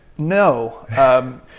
No